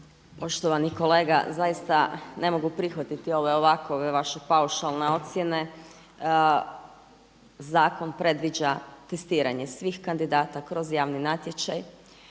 Poštovani kolega, zaista ne mogu prihvatiti ove vaše paušalne ocjene. Zakon predviđa testiranje svih kandidata kroz javni natječaj,